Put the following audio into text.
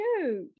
cute